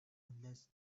unless